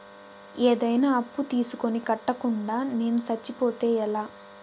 ఏదైనా అప్పు తీసుకొని కట్టకుండా నేను సచ్చిపోతే ఎలా